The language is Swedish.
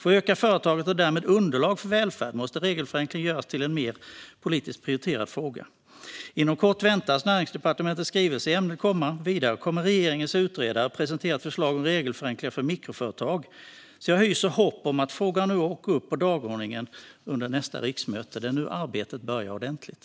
För att öka företagandet och därmed underlaget för välfärd måste regelförenkling göras till en mer politiskt prioriterad fråga. Inom kort väntas Näringsdepartementets skrivelse i ämnet komma, och vidare kommer regeringens utredare att presentera ett förslag om regelförenklingar för mikroföretag. Jag hyser därför hopp om att frågan åker upp på dagordningen under nästa riksmöte. Det är nu arbetet börjar ordentligt.